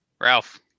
Ralph